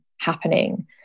happening